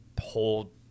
whole